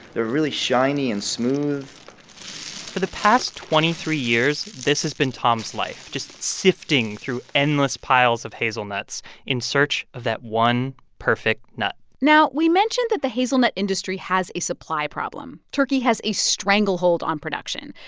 they're really shiny and smooth for the past twenty three years, this has been tom's life, just sifting through endless piles of hazelnuts in search of that one perfect nut now, we mentioned that the hazelnut industry has a supply problem. turkey has a stranglehold on production.